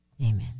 Amen